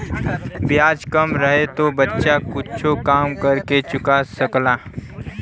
ब्याज कम रहे तो बच्चा कुच्छो काम कर के चुका सकला